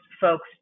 folks